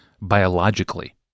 biologically